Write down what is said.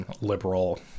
liberal